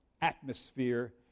atmosphere